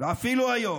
ואפילו היום.